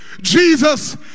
Jesus